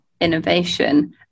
innovation